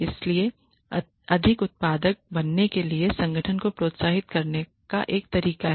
इसलिए अधिक उत्पादक बनने के लिए संगठन को प्रोत्साहित करने का एक तरीका है